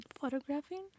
Photographing